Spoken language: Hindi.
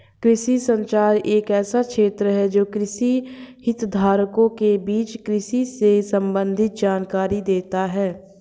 कृषि संचार एक ऐसा क्षेत्र है जो कृषि हितधारकों के बीच कृषि से संबंधित जानकारी देता है